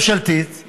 לממשלתית,